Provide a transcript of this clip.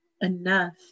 enough